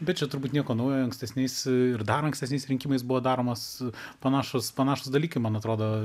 bet čia turbūt nieko naujo ankstesniais ir dar ankstesniais rinkimais buvo daromas panašūs panašūs dalykai man atrodo